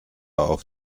auf